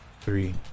Three